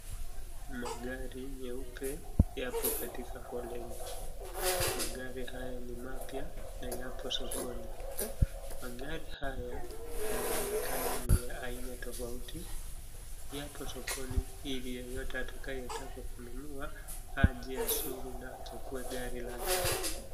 Magari nyeupe yapo katika foleni. Magari haya ni mapya na yako sokoni. Magari haya yanaonekana ni ya aina tofauti. Yako soko iliyeyote atakaye taka kununua aje azuru na achukue gari lake.